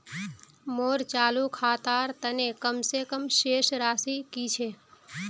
मोर चालू खातार तने कम से कम शेष राशि कि छे?